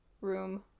Room